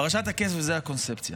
פרשת הכסף זאת הקונספציה.